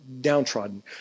downtrodden